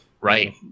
Right